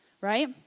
right